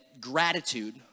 gratitude